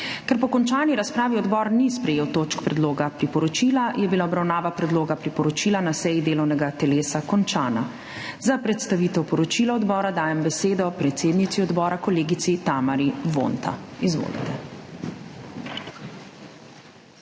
Ker po končani razpravi odbor ni sprejel točk predloga priporočila, je bila obravnava predloga priporočila na seji delovnega telesa končana. Za predstavitev poročila odbora dajem besedo predsednici odbora kolegici Tamari Vonta. Izvolite.